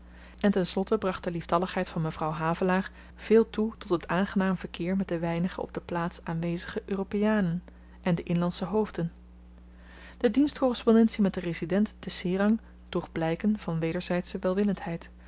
en ten slotte bracht de lieftalligheid van mevrouw havelaar veel toe tot het aangenaam verkeer met de weinige op de plaats aanwezige europeanen en de inlandsche hoofden de dienstkorrespondentie met den resident te serang droeg blyken van wederzydsche